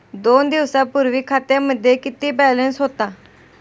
दोन दिवसांपूर्वी खात्यामध्ये किती बॅलन्स होता?